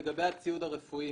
אני